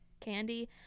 candy